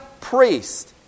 priest